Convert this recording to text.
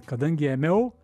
kadangi ėmiau